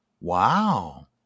Wow